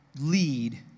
lead